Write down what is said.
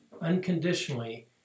unconditionally